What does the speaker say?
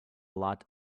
lot